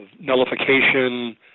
nullification